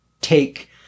take